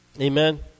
Amen